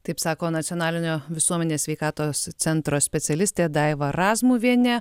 taip sako nacionalinio visuomenės sveikatos centro specialistė daiva razmuvienė